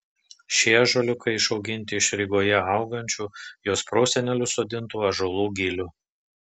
šie ąžuoliukai išauginti iš rygoje augančių jos prosenelių sodintų ąžuolų gilių